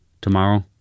Tomorrow